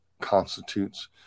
constitutes